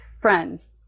friends